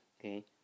Okay